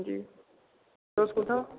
हां जी तुस कुत्थै ओ